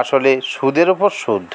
আসলে সুদের উপর সুদ